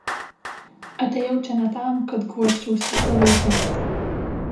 atėjau čia ne tam kad guosčiausi savaisiais